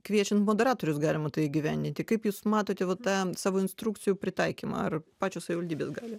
kviečiant moderatorius galima tai įgyvendinti kaip jūs matote va tą savo instrukcijų pritaikymą ar pačios savivaldybės gali